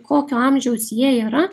kokio amžiaus jie yra